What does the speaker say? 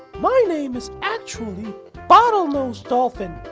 my name is actually bottlenose dolphin!